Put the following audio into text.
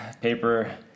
paper